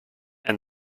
and